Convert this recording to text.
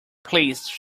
please